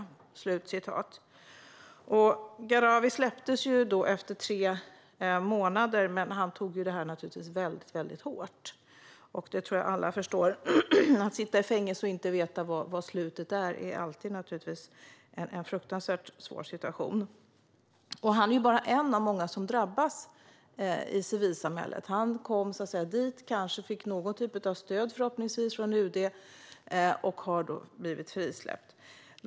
Gharavi släpptes efter tre månader, men han tog det naturligtvis mycket hårt, det tror jag att alla förstår. Att sitta i fängelse och inte veta hur det ska sluta är alltid en fruktansvärt svår situation. Och han är bara en av många i civilsamhället som har drabbats. Han fick förhoppningsvis någon typ av stöd av UD och har nu blivit frisläppt.